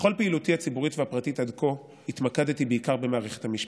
בכל פעילותי הציבורית והפרטית עד כה התמקדתי בעיקר במערכת המשפט,